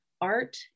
Art